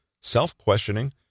self-questioning